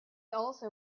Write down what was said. also